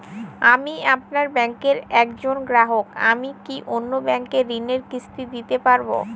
আমি আপনার ব্যাঙ্কের একজন গ্রাহক আমি কি অন্য ব্যাঙ্কে ঋণের কিস্তি দিতে পারবো?